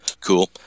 cool